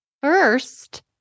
first